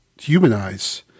humanize